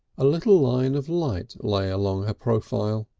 a little line of light lay along ah profile.